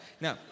No